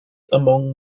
among